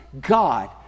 God